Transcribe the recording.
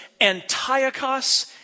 Antiochus